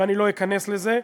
ואני לא אכנס לזה.